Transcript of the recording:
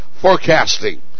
forecasting